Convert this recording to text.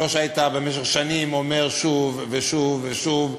היית במשך שנים אומר שוב ושוב ושוב,